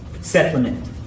Settlement